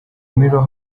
mirror